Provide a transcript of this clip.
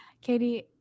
Katie